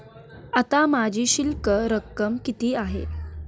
आता माझी शिल्लक रक्कम किती आहे?